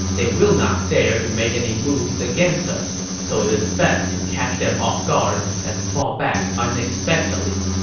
they will not dare to make any moves against us. so it's best to catch them off guard and fall back unexpectedly.